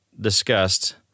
discussed